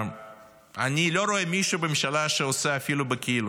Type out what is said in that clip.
אני לא רואה מישהו בממשלה שעושה אפילו בכאילו,